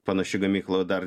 panaši gamykla dar